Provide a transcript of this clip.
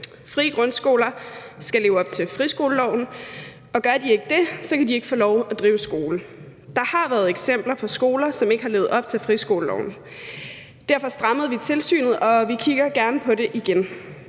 Frie grundskoler skal leve op til friskoleloven, og gør de ikke det, kan de ikke få lov at drive skole. Der har været eksempler på skoler, som ikke har levet op til friskoleloven, og derfor strammede vi tilsynet, og vi kigger gerne på det igen.